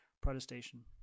protestation